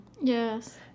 Yes